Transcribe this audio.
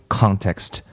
context